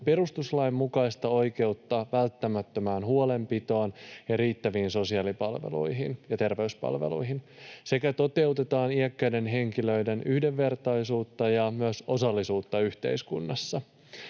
perustuslain mukaista oikeutta välttämättömään huolenpitoon ja riittäviin sosiaalipalveluihin ja terveyspalveluihin sekä toteutetaan iäkkäiden henkilöiden yhdenvertaisuutta ja myös osallisuutta yhteiskunnassa.